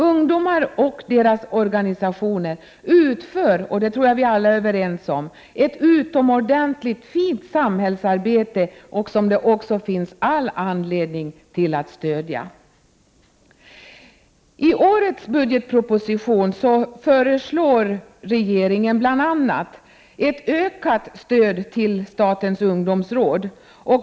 Ungdomar och deras organisationer utför — och det tror jag vi alla är överens om — ett utomordentligt fint samhällsarbete som det också finns all anledning att stödja. I årets budgetproposition föreslår regeringen bl.a. ett ökat stöd till statens ungdomsråd.